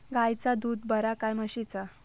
गायचा दूध बरा काय म्हशीचा?